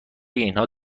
اینها